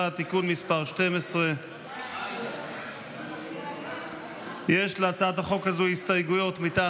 (תיקון מס' 12). יש להצעת החוק הזאת הסתייגויות מטעם